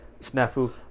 snafu